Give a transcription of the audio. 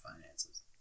finances